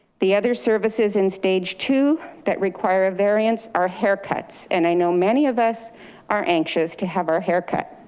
the other services in stage two that require a variance are haircuts. and i know many of us are anxious to have our hair cut,